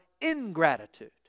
ingratitude